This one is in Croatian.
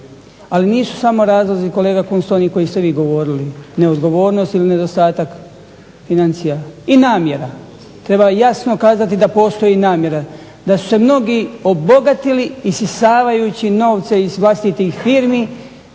Ali nisu samo razlozi kolega Kunst oni koji ste vi govorili, neodgovornost ili nedostatak financija i namjera. Treba jasno kazati da postoji namjera, da su se mnogi obogatili isisavajući novce iz vlastitih firmi